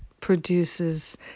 produces